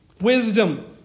wisdom